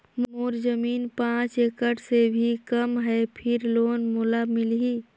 मोर जमीन पांच एकड़ से भी कम है फिर लोन मोला मिलही?